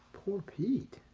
poor pete.